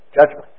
judgment